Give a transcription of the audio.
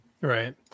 right